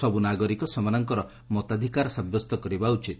ସବ୍ ନାଗରିକ ସେମାନଙ୍କର ମତାଧିକାର ସାବ୍ୟସ୍ତ କରିବା ଉଚିତ